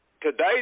today